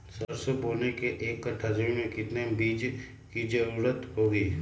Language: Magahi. सरसो बोने के एक कट्ठा जमीन में कितने बीज की जरूरत होंगी?